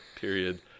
Period